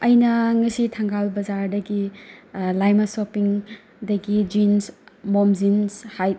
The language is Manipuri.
ꯑꯩꯅ ꯉꯁꯤ ꯊꯪꯒꯥꯜ ꯕꯖꯥꯔꯗꯒꯤ ꯂꯩꯃ ꯁꯣꯞꯄꯤꯡꯗꯒꯤ ꯖꯤꯟꯁ ꯃꯣꯝ ꯖꯤꯟꯁ